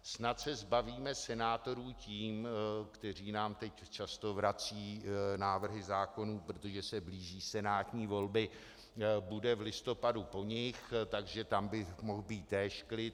Snad se zbavíme senátorů tím, kteří nám teď často vrací návrhy zákonů, protože se blíží senátní volby, bude v listopadu po nich, takže tam by mohl být též klid.